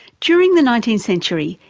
during the nineteenth century,